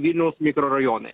vilniaus mikrorajonė